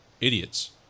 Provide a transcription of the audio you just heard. idiots